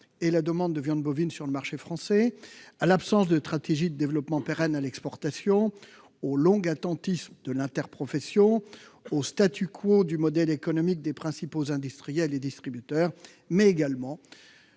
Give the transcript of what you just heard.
et la demande de viande de boeuf sur le marché français, à l'absence de stratégie de développement pérenne à l'exportation, au long attentisme de l'interprofession, au du modèle économique des principaux industriels et distributeurs, mais également-